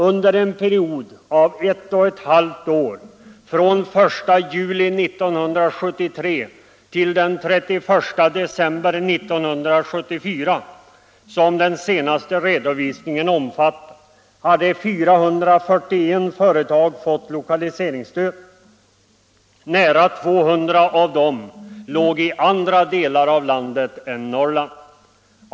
Under en period av ett och ett halvt år — fr.o.m. den 1 juli 1973 t.o.m. den 31 december 1974 —, som den senaste redovisningen omfattar, hade 441 företag fått lokaliseringsstöd. Nära 200 av dem låg i andra delar av landet än Norrland.